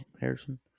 Harrison